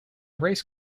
race